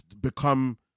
become